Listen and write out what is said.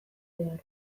behar